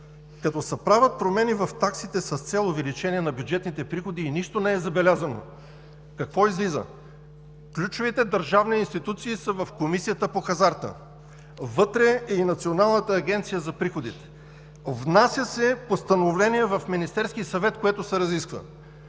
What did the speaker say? Като се правят промени в таксите с цел увеличение на бюджетните приходи и нищо не е забелязано, какво излиза? Ключовите държавни институции са в Комисията по хазарта. Вътре е и Националната агенция за приходите. Внася се постановление в Министерския съвет, което се разисква.